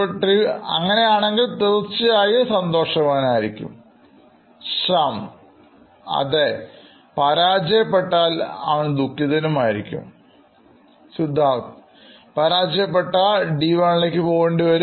Suprativ അങ്ങനെ ആണെങ്കിൽ തീർച്ചയായും സന്തോഷവാനായിരിക്കും Shyam അതേ പരാജയപ്പെട്ടാൽഅവൻ ദുഃഖിതൻ ആയിരിക്കും Siddharth D1ലേക്ക് പോകേണ്ടി വരും